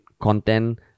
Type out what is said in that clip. content